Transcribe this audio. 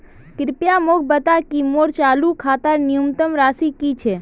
कृपया मोक बता कि मोर चालू खातार न्यूनतम राशि की छे